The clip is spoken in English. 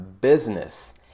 business